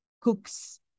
cooks